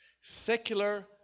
secular